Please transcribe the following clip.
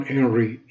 Henry